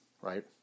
right